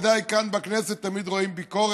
ודאי כאן בכנסת תמיד רואים ביקורת,